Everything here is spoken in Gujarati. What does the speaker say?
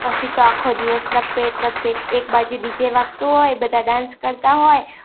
પછી તો આખો દિવસ લપેટ લપેટ એક બાજું ડીજે વાગતું હોય બધા ડાન્સ કરતા હોય અને